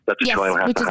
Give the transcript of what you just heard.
Yes